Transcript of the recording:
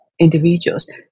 individuals